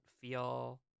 feel